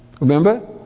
remember